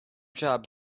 job